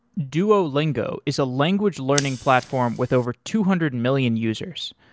duolingo is a language learning platform with over two hundred million users.